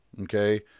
okay